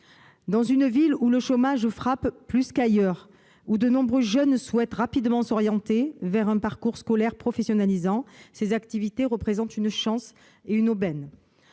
Dans une ville où le chômage frappe plus qu'ailleurs et où de nombreux jeunes souhaitent rapidement s'orienter vers un parcours scolaire professionnalisant, ces activités représentent une chance, voire une aubaine.